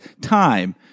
time